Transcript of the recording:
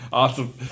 Awesome